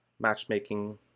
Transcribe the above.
matchmaking